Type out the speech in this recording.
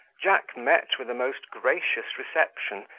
jack met with a most gracious reception,